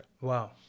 Wow